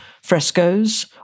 Frescoes